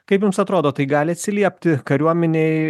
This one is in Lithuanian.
kaip jums atrodo tai gali atsiliepti kariuomenei